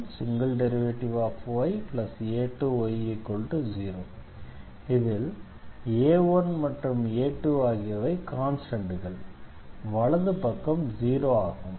இதில் a1 மற்றும் a2 ஆகியவை கான்ஸ்டண்ட்கள் வலது பக்கம் 0 ஆகும்